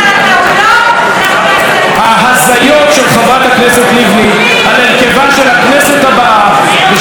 ההזיות של חברת הכנסת לבני על הרכבה של הכנסת הבאה ועל מספר המנדטים,